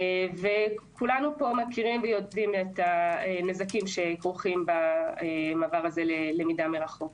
וכולנו פה מכירים ויודעים את הנזקים שכרוכים במעבר הזה ללמידה מרחוק.